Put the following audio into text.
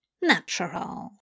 Natural